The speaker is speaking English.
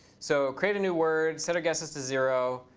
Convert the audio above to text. so create a new word. set our guesses to zero.